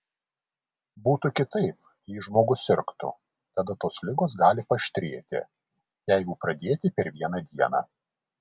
būtų kitaip jei žmogus sirgtų tada tos ligos gali paaštrėti jeigu pradėti per vieną dieną